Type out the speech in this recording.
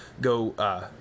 go